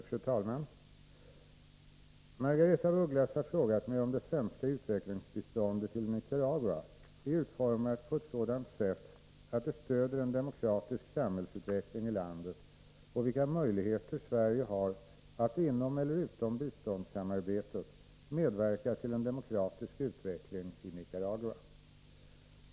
Fru talman! Margaretha af Ugglas har frågat mig om det svenska utvecklingsbiståndet till Nicaragua är utformat på ett sådant sätt att det stöder en demokratisk samhällsutveckling i landet och vilka möjligheter Sverige har att inom eller utom biståndssamarbetet medverka till en demokratisk utveckling i Nicaragua.